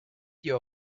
your